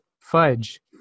fudge